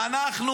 מי אמר את זה?